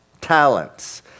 talents